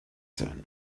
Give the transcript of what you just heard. sein